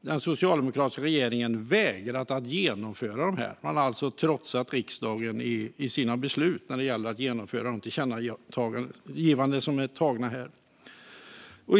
den socialdemokratiska regeringen vägrat att genomföra dem. Den har trotsat riksdagen i sina beslut när det gällt att genomföra de tillkännagivanden som antagits av riksdagen. Herr talman!